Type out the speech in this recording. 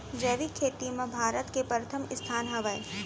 जैविक खेती मा भारत के परथम स्थान हवे